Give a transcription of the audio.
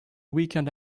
weekend